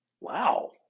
Wow